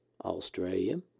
Australia